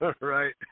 right